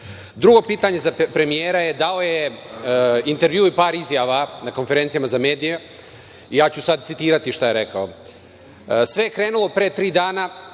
pitanje za premijera. Dao je intervju i par izjava na konferencijama za medije. Ja ću sad citirati šta je rekao: „Sve je krenulo pre tri dana